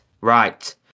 right